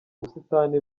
busitani